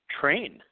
train